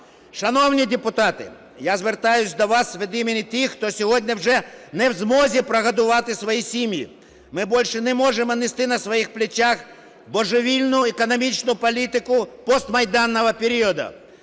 Шановні депутати, я звертаюсь до вас від імені тих, хто сьогодні вже не в змозі прогодувати свої сім'ї. Ми більше не можемо нести на своїх плечах божевільну економічну політику постмайданного періоду.